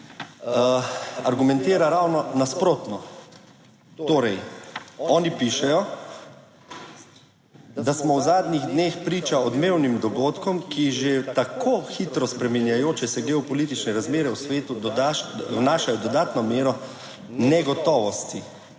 argumentira ravno nasprotno. Torej, oni pišejo, da smo v zadnjih dneh priča odmevnim dogodkom, ki že tako hitro spreminjajoče se geopolitične razmere v svetu vnašajo dodatno mero negotovosti